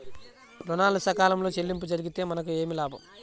ఋణాలు సకాలంలో చెల్లింపు జరిగితే మనకు ఏమి లాభం?